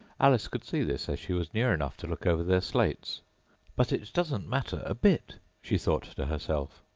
alice could see this, as she was near enough to look over their slates but it doesn't matter a bit she thought to herself.